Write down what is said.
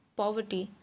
poverty